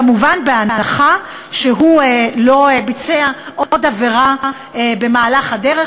כמובן בהנחה שהוא לא ביצע עוד עבירה במהלך הדרך.